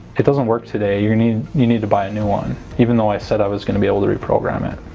it doesn't work today you need you need to buy a new one even though i said i was going to be able to reprogram it.